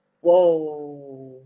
Whoa